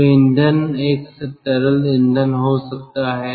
तो ईंधन एक तरल ईंधन हो सकता है